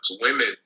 women